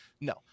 No